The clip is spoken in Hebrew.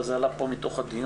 אבל זה עלה מתוך הדיון,